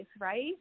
right